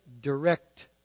direct